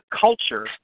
culture